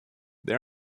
they